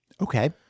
Okay